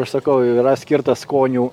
aš sakau jau yra skirtas skonių